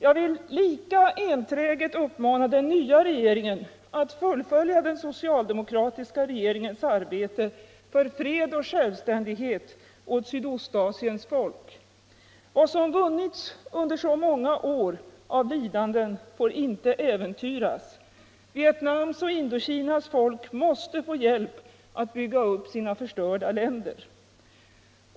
Jag vill lika enträget uppmana den nya regeringen att fullfölja den socialdemokratiska regeringens arbete för fred och självständighet åt Sydostasiens folk. Vad som vunnits under så många år av lidanden får inte äventyras. Vietnams och Indokinas folk måste få hjälp att bygga upp sina förstörda länder.